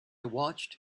watched